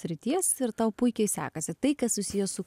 srities ir tau puikiai sekasi tai kas susiję su